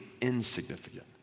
insignificant